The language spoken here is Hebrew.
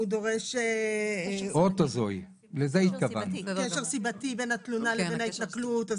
הוא דורש קשר ביתי בין התלונה לבין ההתנכלות.